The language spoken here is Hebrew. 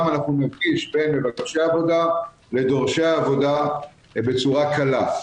אנחנו נפגיש בין מבקשי עבודה לדורשי העבודה בצורה קלה.